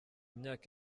myaka